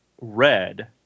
Red